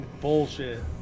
Bullshit